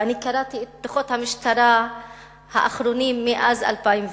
וקראתי את דוחות המשטרה האחרונים, מאז 2005,